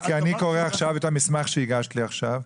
כי אני קורא עכשיו את המסמך שהגשת לי עכשיו,